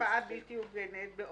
השפעה בלתי הוגנת".